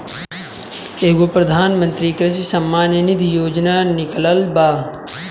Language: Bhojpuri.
एगो प्रधानमंत्री कृषि सम्मान निधी योजना निकलल बा